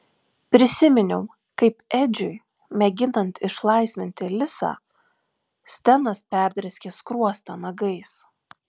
prisiminiau kaip edžiui mėginant išlaisvinti lisą stenas perdrėskė skruostą nagais